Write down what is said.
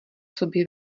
sobě